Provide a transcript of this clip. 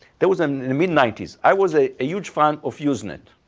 that was in the mid ninety s. i was a huge fan of usenet.